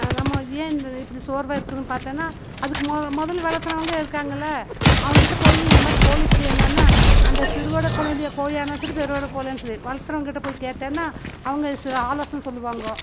நம்ம ஏன் இந்த இப்படி சோர்வாக இருக்குதுன்னு பார்த்தேன்னா அதுக்கு முதல்ல வளர்த்துனவங்க இருக்காங்கள்ல அவங்ககிட்ட போய் இந்த மாதிரி கோழி இப்படி என்னான்னா அந்த சிறுவிடை கோழியானாலும் சரி பெருவிடைக்கோழியானாலும் சரி வளர்த்துறவங்க கிட்ட போய் கேட்டோன்னா அவங்க சில ஆலோசனை சொல்லுவாங்க